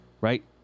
right